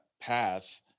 path